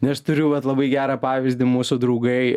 nes turiu vat labai gerą pavyzdį mūsų draugai